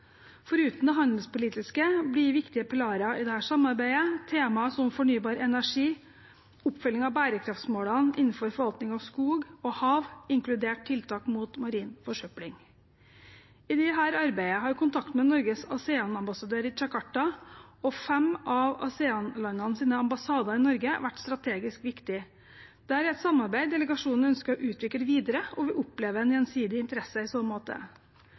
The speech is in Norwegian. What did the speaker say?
Foruten det handelspolitiske blir viktige pilarer i dette samarbeidet temaer som fornybar energi og oppfølging av bærekraftsmålene innenfor forvaltning av skog og hav, inkludert tiltak mot marin forsøpling. I dette arbeidet har kontakten med Norges ASEAN-ambassadør i Djakarta og fem av ASEAN-landenes ambassader i Norge vært strategisk viktig. Dette er et samarbeid delegasjonen ønsker å utvikle videre, og vi opplever en gjensidig interesse i så måte.